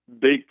big